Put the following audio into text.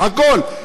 הכול,